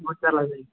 बहुत जाल्ला जायो